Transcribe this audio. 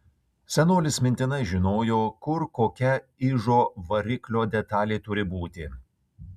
senolis mintinai žinojo kur kokia ižo variklio detalė turi būti